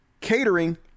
catering